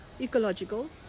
ecological